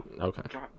Okay